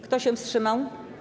Kto się wstrzymał?